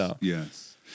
Yes